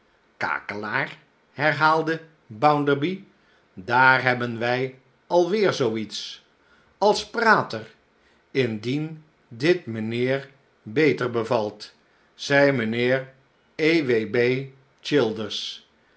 kakelaar herhaalde bounderby daar hebben wij alweer zoo iets als prater indien dit mijnheer beter bevalt zeide mijnheer e w b childers